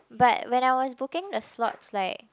but when I was booking the slots like